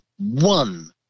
one